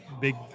big